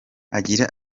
agira